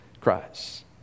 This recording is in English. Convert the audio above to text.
Christ